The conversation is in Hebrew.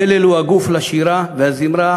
המלל הוא הגוף לשירה והזמרה,